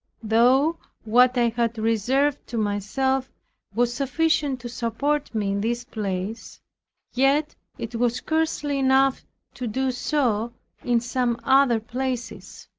though what i had reserved to myself was sufficient to support me in this place yet it was scarcely enough to do so in some other places.